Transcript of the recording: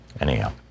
Anyhow